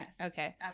Okay